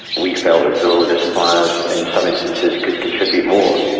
we felt as though the suppliers in some instances could contribute more.